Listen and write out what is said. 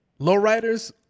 Lowriders